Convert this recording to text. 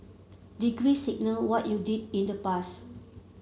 degrees signal what you did in the past